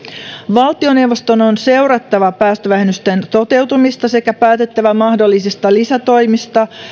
valtioneuvoston on seurattava päästövähennysten toteutumista sekä päätettävä mahdollisista lisätoimista